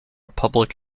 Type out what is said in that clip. public